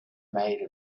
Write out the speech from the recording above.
made